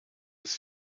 ist